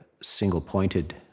single-pointed